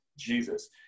Jesus